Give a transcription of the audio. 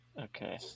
okay